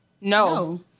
No